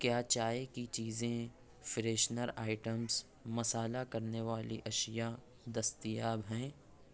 کیا چائے کی چیزیں فریشنر آئٹمس مسالہ کرنے والی اشیا دستیاب ہیں